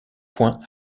point